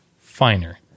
finer